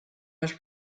was